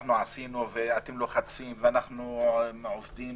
אנחנו עשינו ואתם לוחצים ואנחנו עובדים